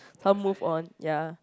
some move on ya